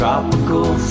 Tropical